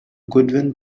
goodwin